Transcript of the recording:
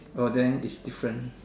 oh then it's different